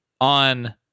on